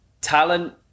talent